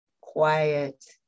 quiet